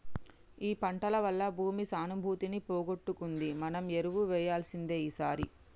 ఈ పంటల వల్ల భూమి సానుభూతిని పోగొట్టుకుంది మనం ఎరువు వేయాల్సిందే ఈసారి